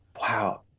wow